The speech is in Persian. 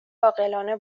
عاقلانه